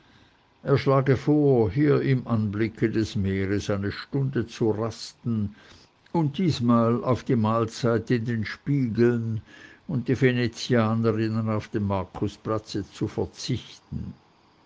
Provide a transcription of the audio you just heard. schlage vor hier im anblicke des meeres eine stunde zu rasten und diesmal auf die mahlzeit in den spiegeln und die venezianerinnen auf dem markusplatze zu verzichten